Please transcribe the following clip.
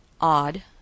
Odd